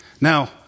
Now